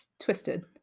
twisted